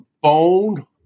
bone